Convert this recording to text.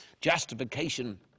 justification